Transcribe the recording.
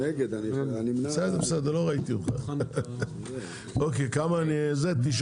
נגד 9. ההסתייגויות לא עברו.